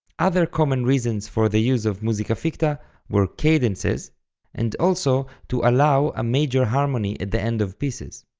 other common reasons for the use of musica ficta were cadences and also to allow a major harmony at the end of pieces.